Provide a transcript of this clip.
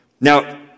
Now